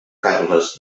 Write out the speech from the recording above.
carles